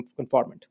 conformant